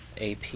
AP